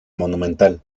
monumental